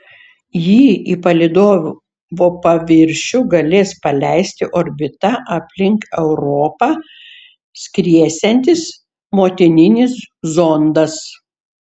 jį į palydovo paviršių galės paleisti orbita aplink europą skriesiantis motininis zondas